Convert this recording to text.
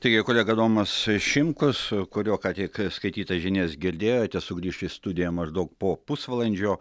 teigė kolega adomas šimkus kurio ką tik skaitytas žinias girdėjote sugrįš į studiją maždaug po pusvalandžio